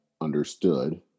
understood